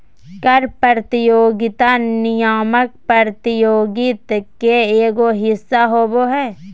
कर प्रतियोगिता नियामक प्रतियोगित के एगो हिस्सा होबा हइ